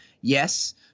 Yes